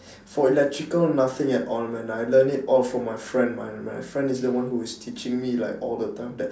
for electrical nothing at all man I learn it all from my friend my my friend is the one who is teaching me like all the time that